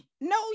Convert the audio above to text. No